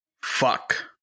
Fuck